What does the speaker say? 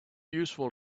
useful